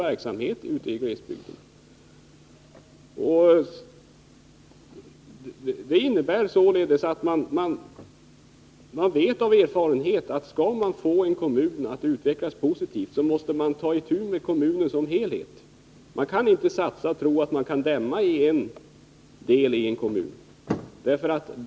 Erfarenheten säger att man, för att få en kommun att utvecklas positivt, måste ta itu med den som helhet. Det går inte att satsa i bara en del av en kommun och därmed tro att hela kommunens problem skall lösas.